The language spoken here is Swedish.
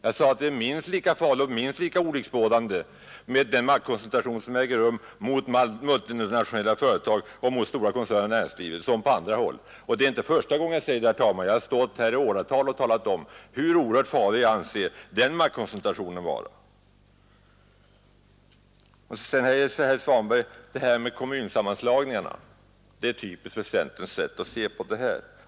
Jag sade att det är minst lika farligt och minst lika olycksbådande med den maktkoncentration som äger rum i multinationella företag och stora koncerner i näringslivet som på andra håll. Och det är inte första gången jag säger det, herr talman. Jag har stått här i åratal och talat om hur oerhört farlig jag anser just den maktkoncentrationen vara. Sedan förklarar herr Svanberg att det här med kommunsammanslagningarna är typiskt för centerns synsätt.